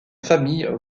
famille